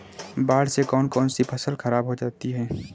बाढ़ से कौन कौन सी फसल खराब हो जाती है?